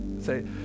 Say